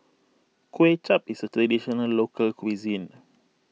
Kuay Chap is a Traditional Local Cuisine